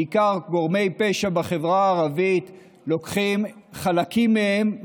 בעיקר גורמי פשע בחברה הערבית, לוקחים חלקים מהם,